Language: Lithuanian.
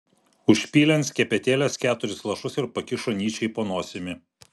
užpylė ant skepetėlės keturis lašus ir pakišo nyčei po nosimi